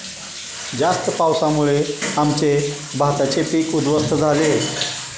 जास्त पावसामुळे आमचे भाताचे पीक उध्वस्त झाले